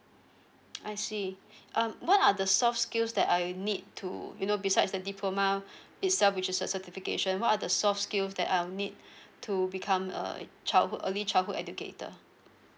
I see um what are the soft skills that I need to you know besides the diploma um itself which is a certification what are the soft skills that I'll need to become a childhood early childhood educator